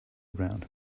around